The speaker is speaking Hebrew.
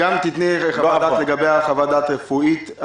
גם תעני לגבי חוות הדעת הרפואית,